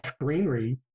greenery